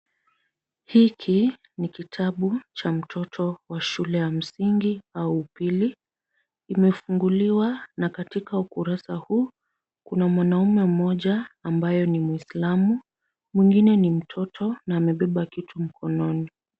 Hiki ni kitabu cha mtoto wa shule ya msingi au upili, kimefunguliwa na katika ukurasa huu, kuna mwanaume mmoja ambaye ni muislamu mwingine ni mtoto na amebeba kitu mkononi.